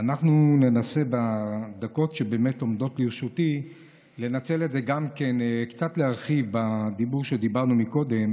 ננסה בדקות שעומדות לרשותי לנצל את זה קצת להרחיב בדיבור שדיברנו קודם,